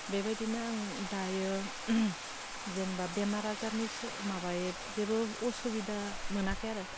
बेबायदिनो आं दायो जेनबा बेमार आजारनि माबायै जेबो असुबिदा मोनाखै आरो